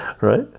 right